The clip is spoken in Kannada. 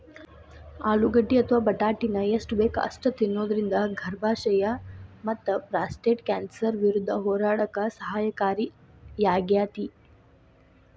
ಆಲೂಗಡ್ಡಿ ಅಥವಾ ಬಟಾಟಿನ ಎಷ್ಟ ಬೇಕ ಅಷ್ಟ ತಿನ್ನೋದರಿಂದ ಗರ್ಭಾಶಯ ಮತ್ತಪ್ರಾಸ್ಟೇಟ್ ಕ್ಯಾನ್ಸರ್ ವಿರುದ್ಧ ಹೋರಾಡಕ ಸಹಕಾರಿಯಾಗ್ಯಾತಿ